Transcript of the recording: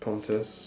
prompters